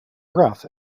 breath